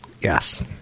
Yes